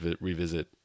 revisit